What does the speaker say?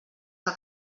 que